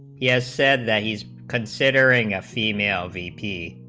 he has said that he's considering a female bp